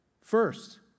First